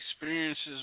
experiences